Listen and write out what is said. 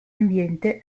ambiente